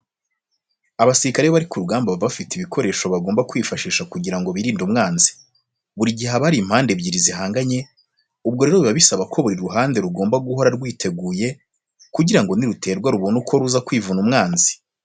Abasirikare iyo bari ku rugamba baba bafite ibikoresho bagomba kwifashisha kugira ngo birinde umwanzi. Buri gihe haba hari impande ebyiri zihanganye, ubwo rero biba bisaba ko buri ruhande rugomba guhora rwiteguye kugira ngo niruterwa rubone uko ruza kwivuna umwanzi.